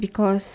because